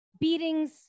beatings